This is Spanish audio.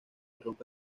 rompe